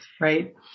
Right